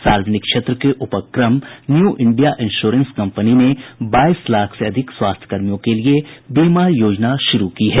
सार्वजनिक क्षेत्र के उपक्रम न्यू इंडिया इश्योरेंस कंपनी ने बाईस लाख से ज्यादा स्वास्थ्य कर्मियों के लिए बीमा योजना शुरू की है